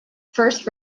first